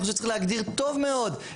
אני חושב שצריך להגדיר טוב מאוד.